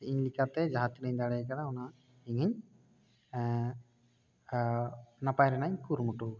ᱤᱧ ᱞᱮᱠᱟᱛᱮ ᱡᱟᱦᱟᱸ ᱛᱤᱱᱟᱹᱜ ᱤᱧ ᱫᱟᱲᱮᱭᱟᱠᱟᱣᱫᱟ ᱩᱱᱟᱹᱜ ᱤᱧᱤᱧ ᱱᱟᱯᱟᱭ ᱨᱮᱱᱟᱝ ᱤᱧ ᱠᱩᱨᱩᱢᱩᱴᱩ ᱟᱠᱟᱫᱟ